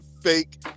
fake